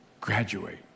graduate